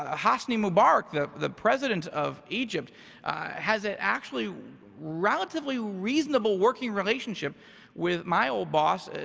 ah hosni mubarak, the the president of egypt has an actually relatively reasonable working relationship with my old boss,